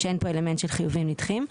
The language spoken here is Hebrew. שאין פה אלמנט של חיובים נדחים.